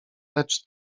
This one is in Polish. lecz